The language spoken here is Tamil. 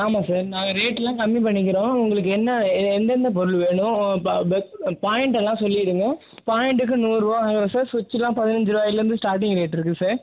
ஆமாம் சார் நாங்கள் ரேட்டெலாம் கம்மி பண்ணிக்கிறோம் உங்களுக்கு என்ன எந்த எந்த பொருள் வேணும் இப்போ பாயிண்ட் எல்லாம் சொல்லிடுங்க பாயிண்டுக்கு நூறுபா வாங்குகிறோம் சார் சுவிட்ச்சுலாம் பதினஞ்சு ரூபாயிலேந்து ஸ்டார்ட்டிங் ரேட்டு இருக்குது சார்